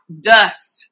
dust